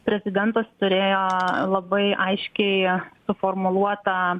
prezidentas turėjo labai aiškiai suformuluotą